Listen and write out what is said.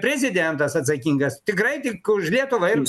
prezidentas atsakingas tikrai tik už lietuvą ir